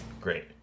Great